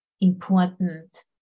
important